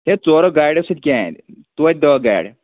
ہے ژورو گاڑیو سۭتۍ کیٛاہ اَندِ توتہِ دہ گاڑِ